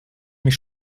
mich